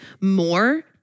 more